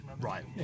right